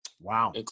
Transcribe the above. Wow